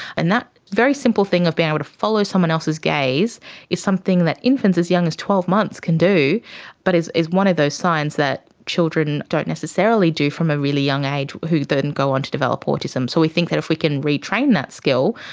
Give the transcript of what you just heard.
and that a very simple thing of being able to follow someone else's gaze is something that infants as young as twelve months can do but is is one of those signs that children don't necessarily do from a really young age who then go on to develop autism. so we think that if we can retrain that skill,